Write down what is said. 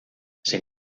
sin